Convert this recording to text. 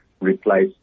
replaced